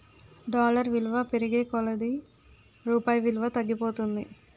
dollar విలువ పెరిగే కొలది రూపాయి విలువ తగ్గిపోతుంది